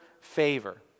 favor